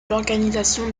l’organisation